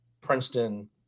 Princeton